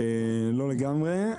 לא לגמרי.